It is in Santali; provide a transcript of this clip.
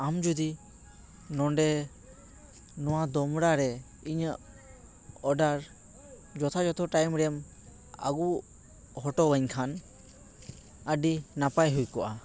ᱟᱢ ᱡᱩᱫᱤ ᱱᱚᱰᱮ ᱱᱚᱣᱟ ᱫᱚᱢᱲᱟ ᱨᱮ ᱤᱧᱟᱹᱜ ᱚᱰᱟᱨ ᱡᱚᱛᱷᱟ ᱡᱚᱛᱚ ᱴᱟᱭᱤᱢ ᱨᱮᱢ ᱟ ᱜᱩ ᱦᱚᱴᱚᱣᱟᱹᱧ ᱠᱷᱟᱱ ᱟ ᱰᱤ ᱱᱟᱯᱟᱭ ᱦᱩᱭ ᱠᱚᱜᱼᱟ